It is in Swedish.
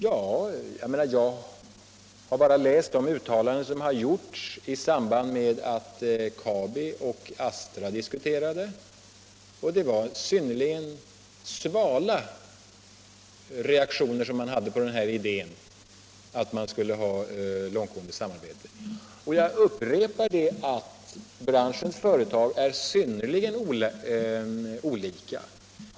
Jag har bara läst de uttalanden 4 november 1975 som gjorts i samband med att Kabi och Astra diskuterade denna fråga, och det var synnerligen svala reaktioner på idén om ett långtgående sam Om förstatligande arbete. av läkemedelsindu Jag upprepar också att branschens företag är synnerligen olika.